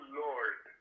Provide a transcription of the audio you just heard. lord